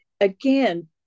again